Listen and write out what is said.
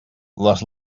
les